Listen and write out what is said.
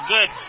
good